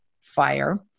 fire